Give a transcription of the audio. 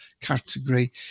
category